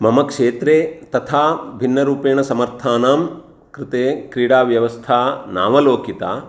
मम क्षेत्रे तथा भिन्नरूपेण समर्थानां कृते क्रीडा व्यवस्था नावलोकिता